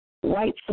white